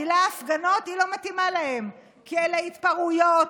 המילה "הפגנות" לא מתאימה להן, כי אלה התפרעויות,